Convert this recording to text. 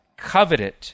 coveted